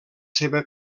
seva